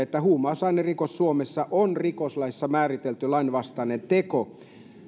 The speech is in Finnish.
että huumausainerikos on suomessa rikoslaissa määritelty lainvastainen teko